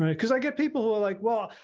because i get people who are like, well,